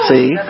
See